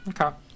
Okay